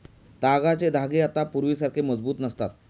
तागाचे धागे आता पूर्वीसारखे मजबूत नसतात